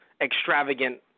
extravagant